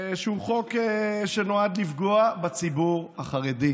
שהוא חוק שנועד לפגוע בציבור החרדי.